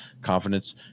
confidence